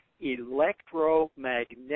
Electromagnetic